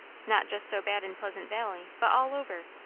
not just so bad in pleasant valley, but all over.